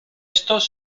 estos